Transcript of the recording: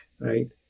right